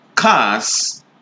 Cars